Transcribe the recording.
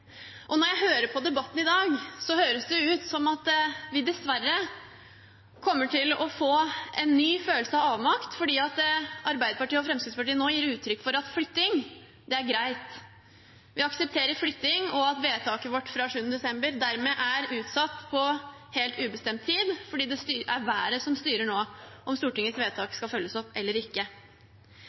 Og når jeg hører på debatten i dag, høres det ut som at vi dessverre kommer til å få en ny følelse av avmakt, fordi Arbeiderpartiet og Fremskrittspartiet nå gir uttrykk for at flytting er greit, at vi aksepterer flytting, og at vedtaket vårt fra 7. desember dermed er utsatt på helt ubestemt tid, fordi det er været som nå styrer om Stortingets vedtak skal følges opp eller ikke.